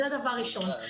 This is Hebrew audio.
זה דבר ראשון.